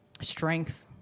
strength